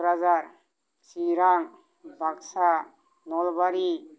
Kokrajhar Chirang Baksa Nalbari